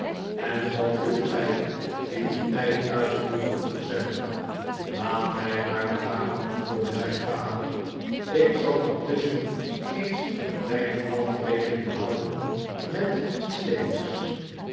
en wat wilt gij in dien tijd uitvoeren vroeg sam laat mij maar begaan antwoordde zijn vader ik zal intusschen eens een kleine afrekening houden met dien stiggins